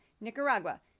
Nicaragua